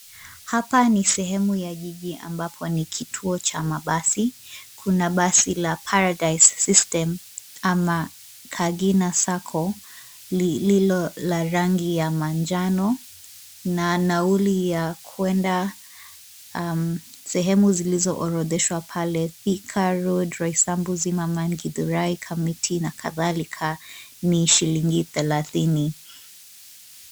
Hapa ni sehemu ya jiji ambapo ni kituo cha mabasi. Kuna basi la Paradise System ama Kagina Sacco lililo la rangi ya manjano na nauli ya kwenda sehemu zilizo orodheshwa pale, Thika Road, Roysambu, Zimmerman, Githurai, Kamiti na kadhalika ni shilingi thelathini.